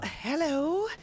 hello